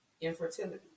infertility